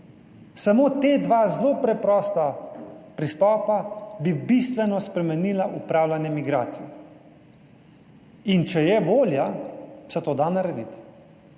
Samo ta dva zelo preprosta pristopa bi bistveno spremenila upravljanje migracij, in če je volja se to da narediti.